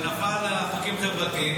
זה נפל על החוקים החברתיים עם שרה חברתית.